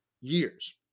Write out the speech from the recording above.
years